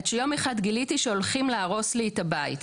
עד שיום אחד גיליתי שהולכים להרוס לי את הבית.